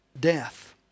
death